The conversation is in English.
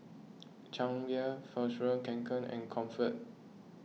Chang Beer Fjallraven Kanken and Comfort